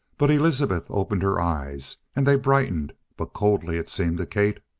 but elizabeth opened her eyes, and they brightened but coldly, it seemed to kate.